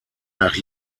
nach